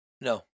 No